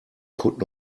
could